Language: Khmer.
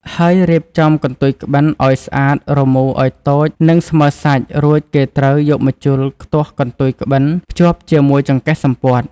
ហើយរៀបចំកន្ទុយក្បិនឲ្យស្អាតមូរឲ្យតូចនិងស្មើរសាច់រួចគេត្រូវយកម្ជុលខ្ទាស់កន្ទុយក្បិនភ្ជាប់ជាមួយចង្កេះសំពត់។